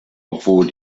obwohl